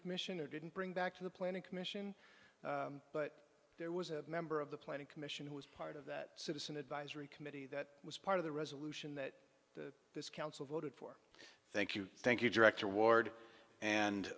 commission or didn't bring back to the planning commission but there was a member of the planning commission who was part of that citizen advisory committee that was part of the resolution that this council voted for thank you thank you director ward and